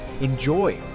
Enjoy